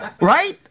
right